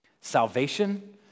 Salvation